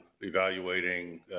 evaluating